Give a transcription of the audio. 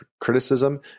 criticism